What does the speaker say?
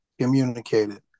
communicated